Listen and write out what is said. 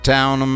Town